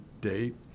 date